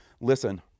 listen